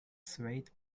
swayed